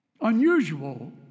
Unusual